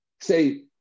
say